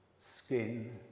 skin